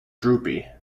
droopy